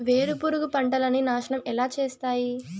వేరుపురుగు పంటలని నాశనం ఎలా చేస్తాయి?